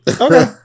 Okay